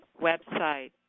website